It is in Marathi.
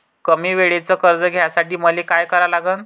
कमी वेळेचं कर्ज घ्यासाठी मले का करा लागन?